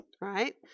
right